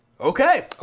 Okay